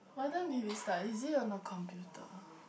what time did we start is it on the computer